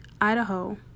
Idaho